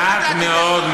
מעט מאוד,